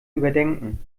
überdenken